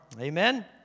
Amen